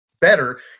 better